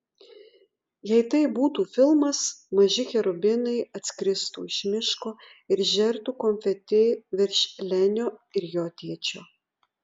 jei tai būtų filmas maži cherubinai atskristų iš miško ir žertų konfeti virš lenio ir jo tėčio